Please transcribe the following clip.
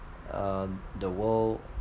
uh the world